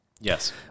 Yes